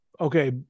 okay